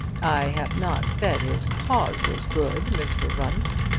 i have not said his cause was good, mr. runce.